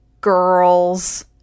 girls